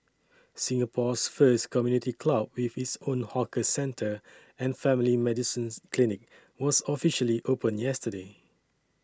Singapore's first community club with its own hawker centre and family medicines clinic was officially opened yesterday